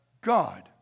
God